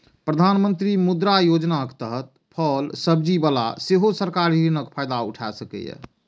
प्रधानमंत्री मुद्रा योजनाक तहत फल सब्जी बला सेहो सरकारी ऋणक फायदा उठा सकैए